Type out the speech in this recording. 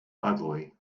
ugly